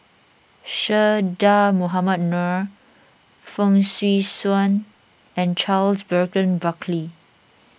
Che Dah Mohamed Noor Fong Swee Suan and Charles Burton Buckley